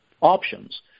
options